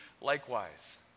likewise